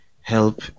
Help